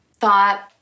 thought